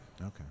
Okay